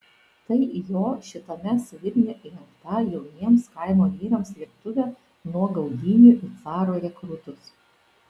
tai jo šitame svirne įrengta jauniems kaimo vyrams slėptuvė nuo gaudynių į caro rekrūtus